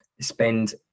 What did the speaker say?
spend